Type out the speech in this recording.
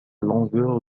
longueur